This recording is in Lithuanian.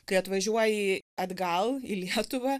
kai atvažiuoji atgal į lietuvą